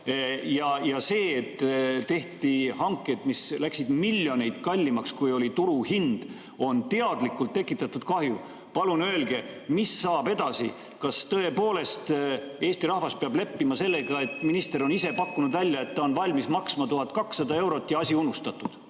Ja see, et tehti hanked, mis läksid miljoneid kallimaks, kui oli turuhind, on teadlikult tekitatud kahju. Palun öelge, mis saab edasi. Kas tõepoolest Eesti rahvas peab leppima sellega, et minister on ise pakkunud välja, et ta on valmis maksma 1200 eurot ja asi unustatud?